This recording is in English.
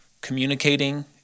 communicating